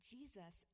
Jesus